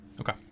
Okay